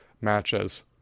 Matches